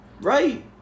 right